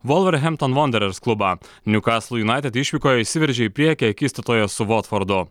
wolverhampton wanderers klubą new castle united išvykoje išsiveržė į priekį akistatoje su votfordu